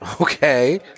Okay